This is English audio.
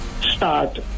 start